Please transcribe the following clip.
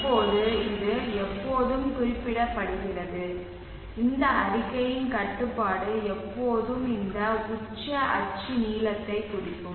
இப்போது இது எப்போதும் குறிப்பிடப்படுகிறது இந்த அறிக்கையின் கட்டுப்பாடு எப்போதும் இந்த உச்ச அச்சு நீளத்தைக் குறிக்கும்